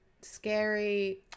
scary